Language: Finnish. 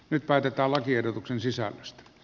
nyt päätetään lakiehdotuksen sisällöstä